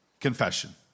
Confession